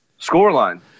scoreline